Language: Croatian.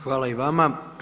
Hvala i vama.